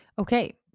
Okay